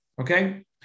okay